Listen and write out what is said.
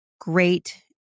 great